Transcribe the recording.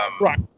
right